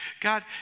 God